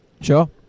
Sure